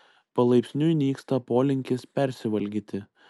palaipsniui nyksta polinkis persivalgyti